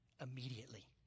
Immediately